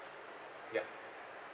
ya